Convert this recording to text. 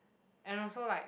and also like